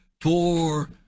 four